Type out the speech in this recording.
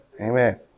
Amen